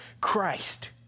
Christ